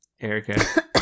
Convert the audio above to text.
Erica